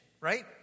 right